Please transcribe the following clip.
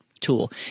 tool